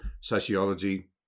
sociology